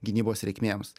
gynybos reikmėms